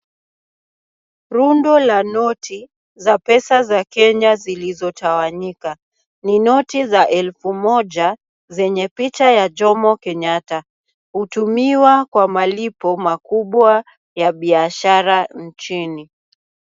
Rundo la noti za pesa za Kenya zilizotawanyika. Ni noti za elfu moja zenye picha ya Jomo Kenyatta. Hutumiwa kwa malipo makubwa ya biashara nchini.